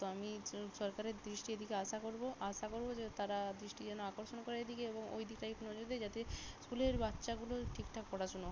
তো আমি সরকারের দৃষ্টির দিকে আশা করব আশা করব যে তারা দৃষ্টি যেন আকর্ষণ করে এদিকে এবং ওই দিকটায় একটু নজর দেয় যাতে স্কুলের বাচ্চাগুলোর ঠিকঠাক পড়াশুনো হয়